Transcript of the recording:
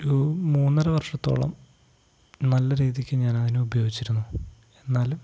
ഒരു മൂന്നര വർഷത്തോളം നല്ല രീതിക്കു ഞാൻ അതിനെ ഉപയോഗിച്ചിരുന്നു എന്നാലും